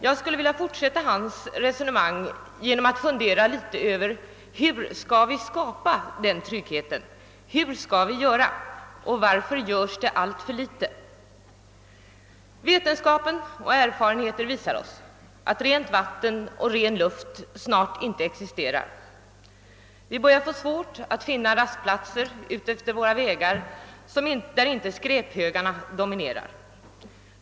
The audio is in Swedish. Jag skulle vilja fortsätta hans resonemang genom att fundera litet över hur vi skall skapa denna trygghet. Vetenskapen och erfarenheten visar oss att rent vatten och ren luft snart inte existerar. Vi börjar få svårt att finna rastplatser utefter våra vägar där inte skräphögarna dominerar.